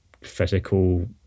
physical